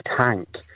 tank